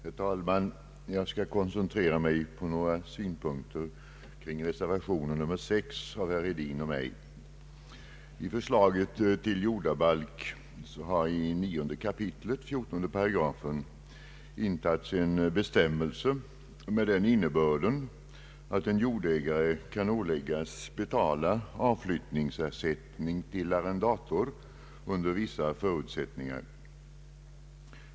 Herr talman! Jag skall koncentrera mig på några synpunkter kring reservation nr VI av herr Hedin och mig. I förslaget till jordabalk har i 9 kap. 14 § intagits en bestämmelse med den innebörden, att en jordägare kan åläggas betala avflyttningsersättning till arrendator under vissa förutsättningar.